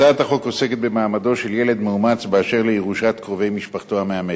הצעת החוק עוסקת במעמדו של ילד מאומץ באשר לירושת קרובי משפחתו המאמצת.